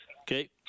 okay